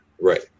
Right